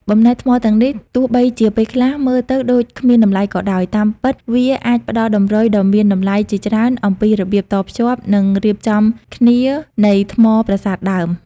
បំណែកថ្មទាំងនេះ ទោះបីជាពេលខ្លះមើលទៅដូចគ្មានតម្លៃក៏ដោយ តាមពិតវាអាចផ្ដល់តម្រុយដ៏មានតម្លៃជាច្រើនអំពីរបៀបតភ្ជាប់ និងរៀបចំគ្នានៃថ្មប្រាសាទដើម។